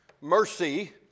Mercy